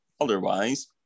Otherwise